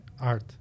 Art